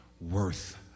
worth